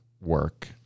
work